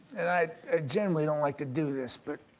and i ah generally don't like to do this, but.